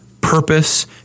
purpose